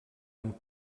amb